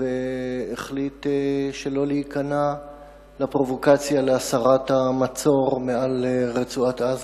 והחליט שלא להיכנע לפרובוקציה להסרת המצור מעל רצועת-עזה,